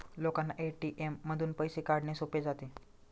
लोकांना ए.टी.एम मधून पैसे काढणे सोपे जाते